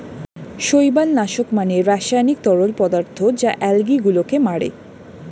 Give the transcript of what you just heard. শৈবাল নাশক মানে রাসায়নিক তরল পদার্থ যা আলগী গুলোকে মারে